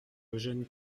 eugène